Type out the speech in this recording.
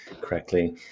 correctly